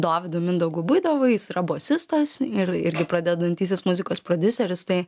dovydu mindaugu buidovu jis yra bosistas ir irgi pradedantysis muzikos prodiuseris tai